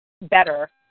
better